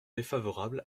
défavorable